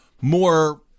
more